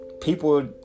people